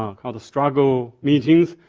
um called the struggle meetings,